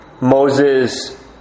Moses